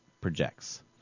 projects